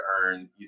earn